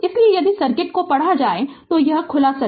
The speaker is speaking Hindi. इसलिए यदि सर्किट को पढ़ा जाए तो यह खुला है